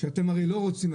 שאתם הרי לא רוצים,